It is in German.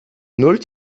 null